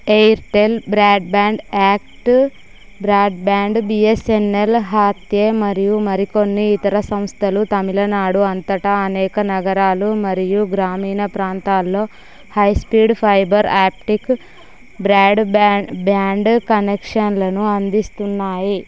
Airtel broadband ACT broadband BSNL హాతే మరియు మరికొన్ని ఇతర సంస్థలు తమిళనాడు అంతటా అనేక నగరాలు మరియు గ్రామీణ ప్రాంతాల్లో high speed fibre optic broadband band కనెక్షన్లను అందిస్తున్నాయి